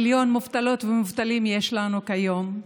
מיליון מובטלות ומובטלים יש לנו כיום,